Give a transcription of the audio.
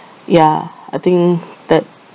ya I think that